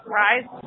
rise